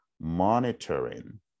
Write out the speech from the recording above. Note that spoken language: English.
monitoring